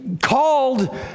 Called